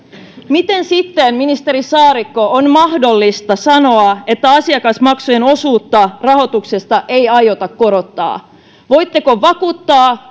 miten sitten ministeri saarikko on mahdollista sanoa että asiakasmaksujen osuutta rahoituksesta ei aiota korottaa voitteko vakuuttaa